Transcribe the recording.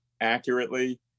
accurately